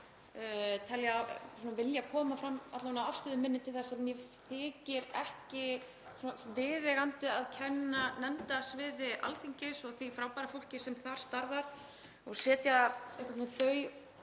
gjarnan vilja koma fram með afstöðu mína til þess að mér þykir ekki viðeigandi að kenna nefndasviði Alþingis um og því frábæra fólki sem þar starfar og setja